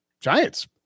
Giants